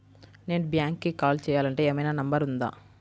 నేను బ్యాంక్కి కాల్ చేయాలంటే ఏమయినా నంబర్ ఉందా?